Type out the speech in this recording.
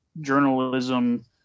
journalism